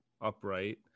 Upright